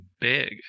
big